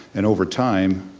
and over time,